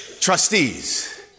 trustees